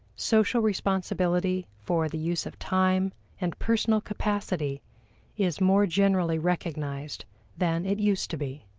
social responsibility for the use of time and personal capacity is more generally recognized than it used to be.